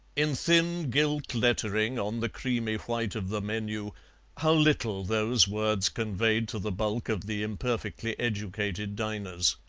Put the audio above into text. in thin gilt lettering on the creamy white of the menu how little those words conveyed to the bulk of the imperfectly educated diners.